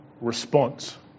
response